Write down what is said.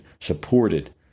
supported